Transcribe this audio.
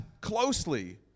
closely